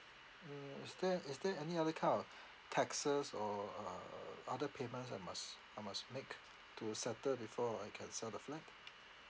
mm is there is there any other kind of taxes or uh uh uh other payments I must I must make to settle before I can sell the flat